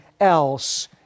else